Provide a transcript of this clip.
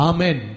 Amen